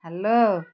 hello